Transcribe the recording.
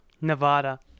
Nevada